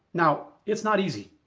now, it's not easy,